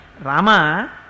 Rama